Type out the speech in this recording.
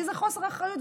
כי זה חוסר אחריות,